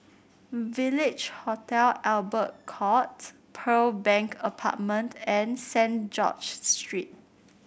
Village Hotel Albert Court Pearl Bank Apartment and St George's Lane